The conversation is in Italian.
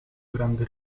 grande